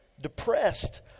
depressed